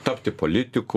tapti politiku